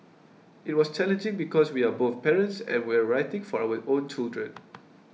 it was challenging because we are both parents and we're writing for our own children